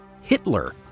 Hitler